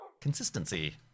consistency